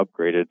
upgraded